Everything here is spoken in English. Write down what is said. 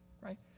right